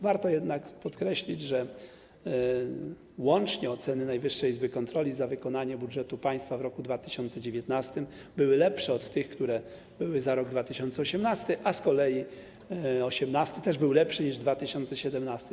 Warto jednak podkreślić, że łącznie oceny Najwyższej Izby Kontroli za wykonanie budżetu państwa w roku 2019 były lepsze od tych, które były za rok 2018, a z kolei 2018 r. też był lepszy niż 2017 r.